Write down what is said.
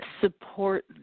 support